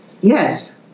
Yes